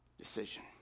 decision